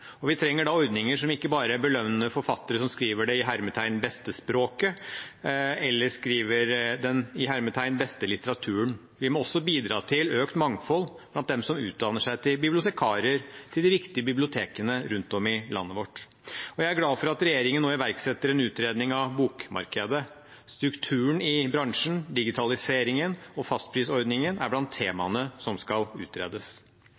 Vi trenger da ordninger som ikke bare belønner forfattere som skriver «det beste språket» eller skriver «den beste litteraturen». Vi må også bidra til økt mangfold blant dem som utdanner seg til bibliotekarer til de viktige bibliotekene rundt om i landet vårt. Jeg er glad for at regjeringen nå iverksetter en utredning av bokmarkedet. Strukturen i bransjen, digitaliseringen og fastprisordningen er blant temaene som skal utredes.